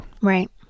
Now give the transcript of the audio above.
Right